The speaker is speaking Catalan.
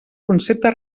concepte